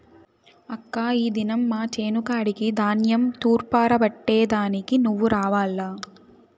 అక్కా ఈ దినం మా చేను కాడికి ధాన్యం తూర్పారబట్టే దానికి నువ్వు రావాల్ల